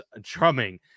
drumming